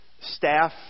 staff